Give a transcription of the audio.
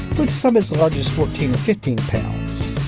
with some as large as fourteen or fifteen pounds.